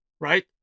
Right